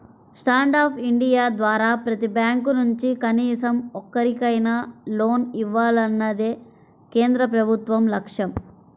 stand up India ద్వారా ప్రతి bank నుంచి కనీసం ఒక్కరికైనా లోన్ ఇవ్వాలన్నదే కేంద్ర ప్రభుత్వ లక్ష్యం